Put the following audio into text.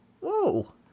Whoa